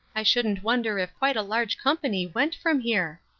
i shouldn't wonder if quite a large company went from here.